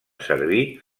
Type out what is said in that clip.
servir